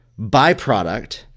byproduct